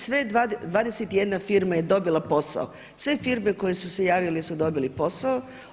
Sve 21 firma je dobila posao, sve firme koje su se javile dobile su posao.